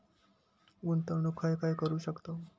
गुंतवणूक खय खय करू शकतव?